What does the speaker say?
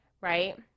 right